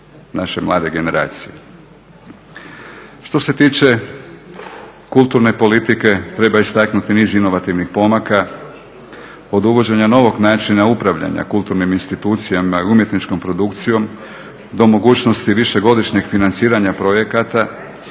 naše mlade generacije. Što se tiče kulturne politike, treba istaknuti niz inovativnih pomaka, od uvođenja novog načina upravljanja kulturnim institucijama, umjetničkom produkcijom do mogućnosti višegodišnjeg financiranja projekata,